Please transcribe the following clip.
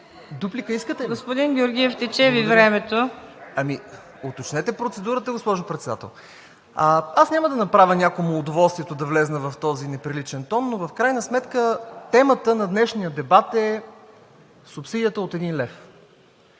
МУКАДДЕС НАЛБАНТ: Господин Георгиев тече Ви времето. ГЕОРГ ГЕОРГИЕВ: Уточнете процедурата, госпожо Председател. Аз няма да направя някому удоволствието, за да вляза в този неприличен тон, но в крайна сметка темата на днешния дебат е субсидията от 1 лв.